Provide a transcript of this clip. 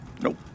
Nope